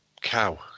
cow